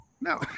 no